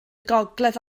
gogledd